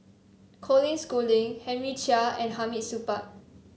Colin Schooling Henry Chia and Hamid Supaat